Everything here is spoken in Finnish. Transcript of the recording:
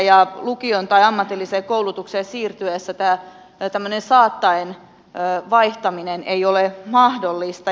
lukioon tai ammatilliseen koulutukseen siirtyessä tämmöinen saattaen vaihtaminen ei ole mahdollista